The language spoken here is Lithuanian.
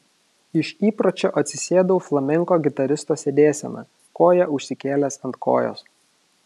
iš įpročio atsisėdau flamenko gitaristo sėdėsena koją užsikėlęs ant kojos